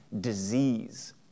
disease